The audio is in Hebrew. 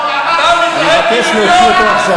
זה מה שאתה עושה פה.